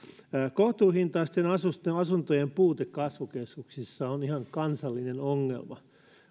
kohtuuhintaisten asuntojen asuntojen puute kasvukeskuksissa on ihan kansallinen ongelma